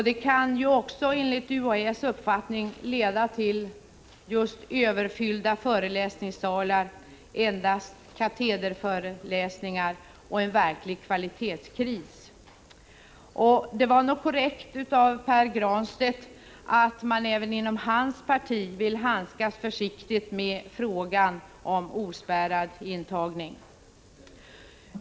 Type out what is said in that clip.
Det kan också enligt UHÄ:s uppfattning leda till överfyllda föreläsningssalar, endast katederföreläsningar och en verklig kvalitetskris. Det var nog korrekt av Pär Granstedt att säga att man även inom hans parti vill handskas försiktigt med frågan om ospärrad intagning.